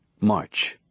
March